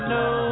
no